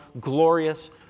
glorious